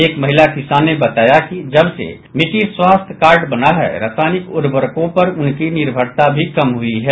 एक महिला किसान ने बताया कि जब से मिट्टी स्वास्थ्य कार्ड बना है रासायनिक उर्वरकॉ पर उनकी निर्भरता भी कम हुई है